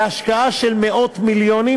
בהשקעה של מאות מיליונים.